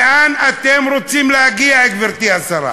לאן אתם רוצים להגיע, גברתי השרה?